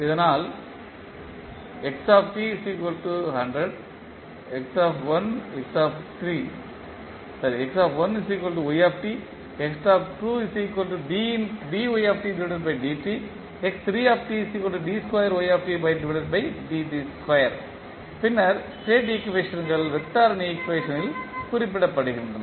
அதனால் பின்னர் ஸ்டேட் ஈக்குவேஷன்கள் வெக்டார் அணி ஈக்குவேஷன் ல் குறிப்பிடப்படுகின்றன